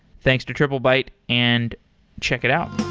thanks to triplebyte, and check it out.